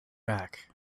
back